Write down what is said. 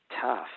tough